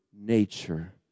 nature